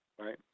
right